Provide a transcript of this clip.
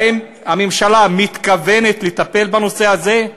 האם הממשלה מתכוונת לטפל בנושא הזה?